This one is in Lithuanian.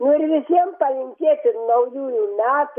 nu ir visiem palinkėti naujųjų metų